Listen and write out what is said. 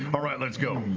all right, let's go.